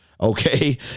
okay